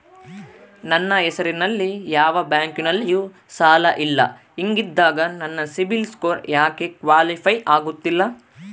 ನನ್ನ ಹೆಸರಲ್ಲಿ ಯಾವ ಬ್ಯಾಂಕಿನಲ್ಲೂ ಸಾಲ ಇಲ್ಲ ಹಿಂಗಿದ್ದಾಗ ನನ್ನ ಸಿಬಿಲ್ ಸ್ಕೋರ್ ಯಾಕೆ ಕ್ವಾಲಿಫೈ ಆಗುತ್ತಿಲ್ಲ?